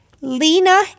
Lena